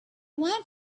want